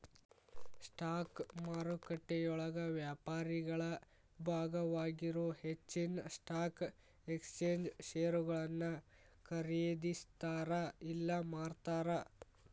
stock ಮಾರುಕಟ್ಟೆಯೊಳಗ ವ್ಯಾಪಾರಿಗಳ ಭಾಗವಾಗಿರೊ ಹೆಚ್ಚಿನ್ ಸ್ಟಾಕ್ ಎಕ್ಸ್ಚೇಂಜ್ ಷೇರುಗಳನ್ನ ಖರೇದಿಸ್ತಾರ ಇಲ್ಲಾ ಮಾರ್ತಾರ